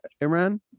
Iran